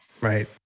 Right